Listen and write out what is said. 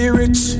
rich